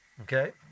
Okay